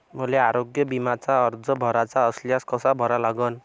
मले आरोग्य बिम्याचा अर्ज भराचा असल्यास कसा भरा लागन?